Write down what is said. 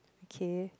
k